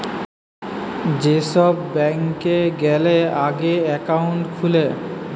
যে কোন ব্যাংকে গ্যালে আগে একাউন্ট খুলে